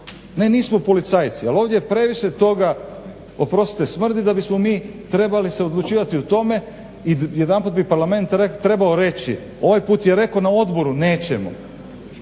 Ne nismo policajci, ali ovdje je previše toga oprostite smrdi da bismo mi trebali se odlučivati o tome i jedanput bi Parlament trebao reći ovaj put je rekao na odboru nećemo.